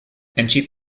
entschied